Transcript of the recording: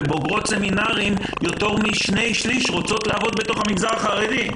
ואילו בקרב בוגרות סמינרים יותר מ-2/3 רוצות לעבוד בתוך המגזר החרדי.